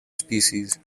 species